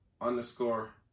underscore